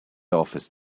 office